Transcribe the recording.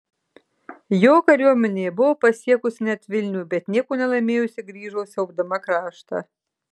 jo kariuomenė buvo pasiekusi net vilnių bet nieko nelaimėjusi grįžo siaubdama kraštą